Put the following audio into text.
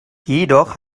jedoch